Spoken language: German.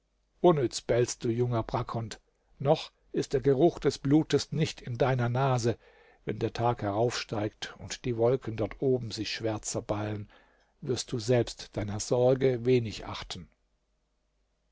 unnütz bellst du junger brackhund noch ist der geruch des blutes nicht in deiner nase wenn der tag heraufsteigt und die wolken dort oben sich schwärzer ballen wirst du selbst deiner sorge wenig achten